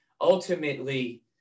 ultimately